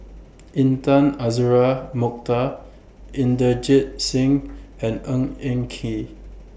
Intan Azura Mokhtar Inderjit Singh and Ng Eng Kee